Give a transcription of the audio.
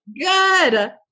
Good